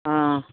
অঁ